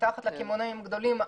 מתחת לקמעונאים הגדולים,